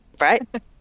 Right